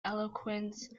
eloquence